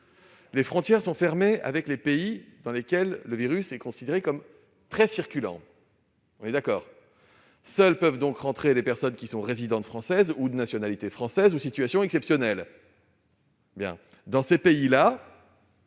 les frontières sont fermées avec les pays dans lesquels le virus est considéré comme très « circulant ». Seules peuvent donc entrer en France les personnes qui sont résidentes françaises ou de nationalité française ou en situation exceptionnelle. On classe ces pays